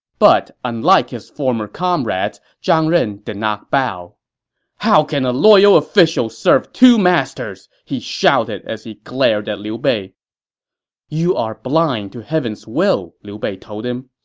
but unlike his former comrades, zhang ren did not bow how can a loyal official serve two masters! he shouted as he glared at liu bei you are blind to heaven's will, liu bei told him.